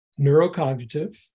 neurocognitive